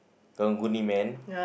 karang-guni man